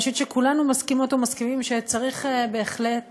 אני חושבת שכולנו מסכימות ומסכימים שצריך בהחלט